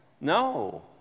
no